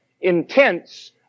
intense